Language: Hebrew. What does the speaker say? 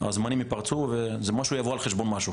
הזמנים ייפרצו ומשהו יבוא על חשבון משהו.